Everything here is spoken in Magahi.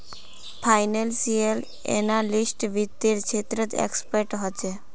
फाइनेंसियल एनालिस्ट वित्त्तेर क्षेत्रत एक्सपर्ट ह छे